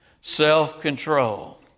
self-control